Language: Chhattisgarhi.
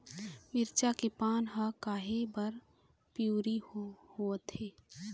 मिरचा के पान हर काहे बर पिवरी होवथे?